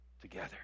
together